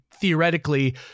theoretically